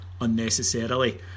unnecessarily